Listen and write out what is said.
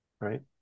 Right